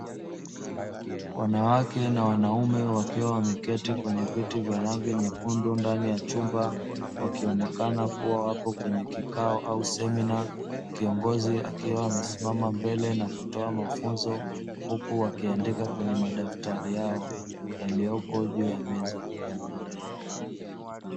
Wanawake na wanaume wakiwa wameketi kwenye vyote vya rangi nyekundu ndani ya chumba, wakionekana kuwa wapo kwenye kikao au semina, kiongozi akiwa amesimama mbele na kutoa mafunzo, huku wakiandika kwenye madaftari yao yaliyopo juu ya meza.